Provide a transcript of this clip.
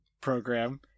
program